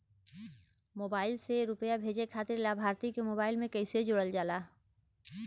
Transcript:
Mobile से रूपया भेजे खातिर लाभार्थी के मोबाइल मे कईसे जोड़ल जाला?